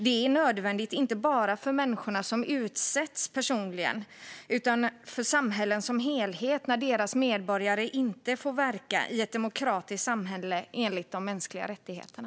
Det är nödvändigt inte bara för de människor som utsätts personligen utan också för samhällen som helhet när deras medborgare inte får verka i ett demokratiskt samhälle enligt de mänskliga rättigheterna.